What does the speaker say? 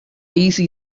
easy